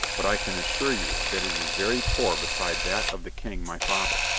but i can assure you that it is very poor beside that of the king my father,